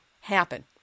happen